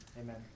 Amen